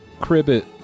Cribbit